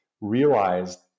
realized